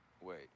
Wait